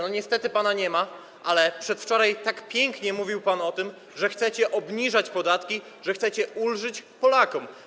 Niestety pana nie ma, ale przedwczoraj tak pięknie mówił pan o tym, że chcecie obniżać podatki, że chcecie ulżyć Polakom.